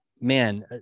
man